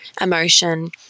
emotion